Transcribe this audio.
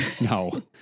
No